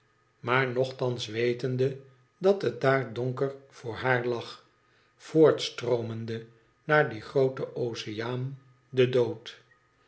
maar nogtbans wetende dat het daar donker voor haar lag voortstroomende naar dien grooten oceaan den dood